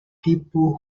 people